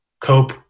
cope